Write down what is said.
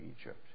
Egypt